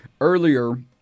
earlier